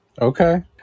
Okay